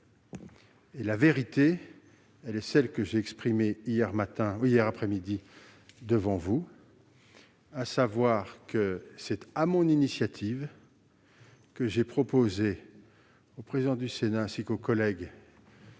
La vérité est celle que j'ai exprimée hier après-midi devant vous, à savoir que c'est sur mon initiative que j'ai proposé au président du Sénat ainsi qu'aux collègues